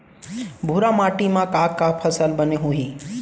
भूरा माटी मा का का फसल बने होही?